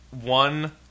one